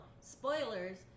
spoilers